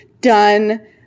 done